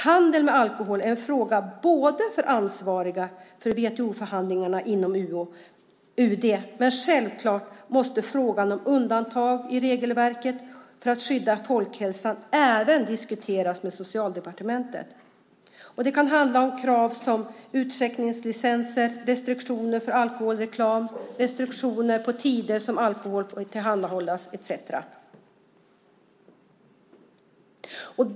Handel med alkohol är en fråga för ansvariga för WTO-förhandlingarna inom UD, men självklart måste frågan om undantag i regelverkat för att skydda folkhälsan även diskuteras med sakkunniga inom Socialdepartementet. Det kan handla om sådant som krav på utskänkningslicenser, restriktioner för alkoholreklam, restriktioner på tider som alkohol får tillhandahållas etcetera.